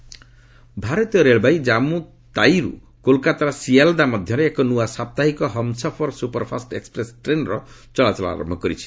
J and K train ଭାରତୀୟ ରେଳବାଇ ଜାମ୍ମୁ ତାୱିରୁ କୋଲକାତାର ସିଆଲ୍ଦା ମଧ୍ୟରେ ଏକ ନୂଆ ସାପ୍ତାହିକ ହମ୍ସଫର୍ ସୁପରଫାଷ୍ଟ ଏକ୍ୱପ୍ରେସ୍ ଟ୍ରେନ୍ର ଚଳାଚଳ ଆରମ୍ଭ କରିଛି